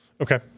Okay